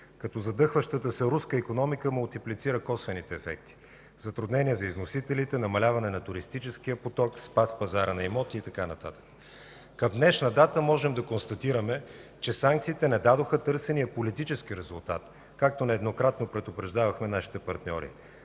като задъхващата се руска икономика мултиплицира косвените ефекти – затруднения за износителите, намаляване на туристическия поток, спад в пазара на имоти и така нататък. Към днешна дата можем да констатираме, че санкциите не дадоха търсения политически резултат, както нееднократно предупреждаваха нашите партньори.